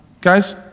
Guys